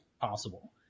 possible